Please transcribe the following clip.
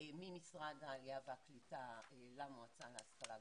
ממשרד העלייה והקליטה למועצה להשכלה גבוהה,